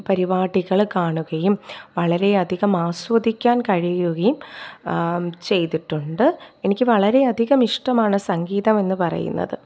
പരിപാടികൾ കാണുകയും വളരെയധികം ആസ്വദിക്കാൻ കഴിയുകയും ചെയ്തിട്ടുണ്ട് എനിക്ക് വളരെ അധികം ഇഷ്ടമാണ് സംഗീതമെന്ന് പറയുന്നത്